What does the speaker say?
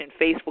Facebook